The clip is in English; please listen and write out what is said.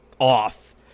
off